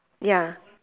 ya